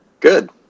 Good